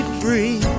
free